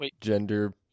gender